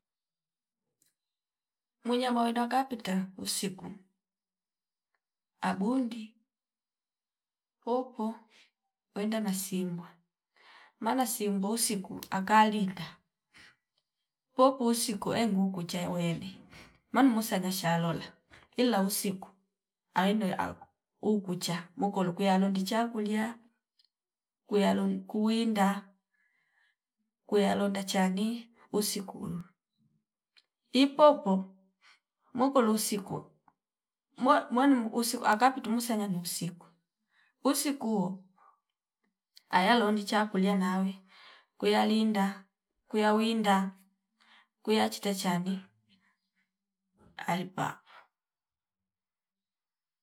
Mwinya mawinda kapita usiku abundi. popo, winda na simbwa maana simbu usiku akalinda popo usiku engu kuche wene manu musa gasha lola ila usiku aina yako ukucha muko lukiwa yalondi chakulia kuya long kuwinda kuyalonda chani usiku, ipopo muko lusikwe mw0 mwanum usiku aka kutumusa nyani usiku. Usiku aya londi ichakulia nawe kuyalinda kuya winda kuya chita cahni ari papa